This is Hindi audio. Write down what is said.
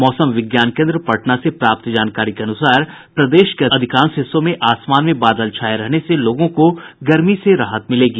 मौसम विज्ञान केन्द्र पटना से प्राप्त जानकारी के अनुसार प्रदेश के अधिकांश हिस्सों में आसमान में बादल छाये रहने से लोगों को गर्मी से राहत मिलेगी